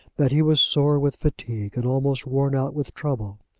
that he was sore with fatigue and almost worn out with trouble.